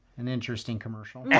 an interesting commercial. yeah